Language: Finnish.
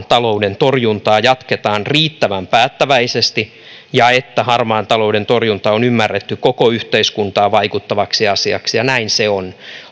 talouden torjuntaa jatketaan riittävän päättäväisesti ja että harmaan talouden torjunta on ymmärretty koko yhteiskuntaan vaikuttavaksi asiaksi ja näin se on